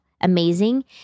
amazing